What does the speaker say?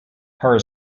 her